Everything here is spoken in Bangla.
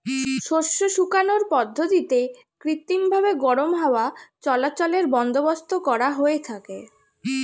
শস্য শুকানোর পদ্ধতিতে কৃত্রিমভাবে গরম হাওয়া চলাচলের বন্দোবস্ত করা হয়ে থাকে